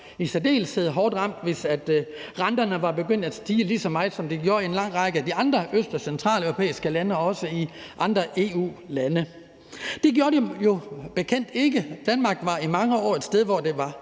i særdeleshed var blevet hårdt ramt, hvis renterne var begyndt at stige lige så meget, som de gjorde i en lang række af de Øst- og Centraleuropæiske lande og i andre EU-lande. Det gjorde de jo som bekendt ikke her. Danmark var i mange år et sted, hvor der var